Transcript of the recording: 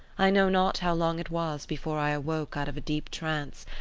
i know not how long it was before i awoke out of a deep trance,